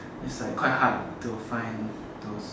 is like quite hard to find those